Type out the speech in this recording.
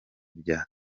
bya